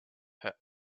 her